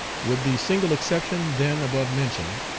with the single exception, then, above mentioned,